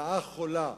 רעה חולה